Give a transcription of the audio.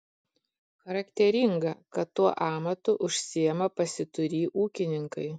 charakteringa kad tuo amatu užsiima pasiturį ūkininkai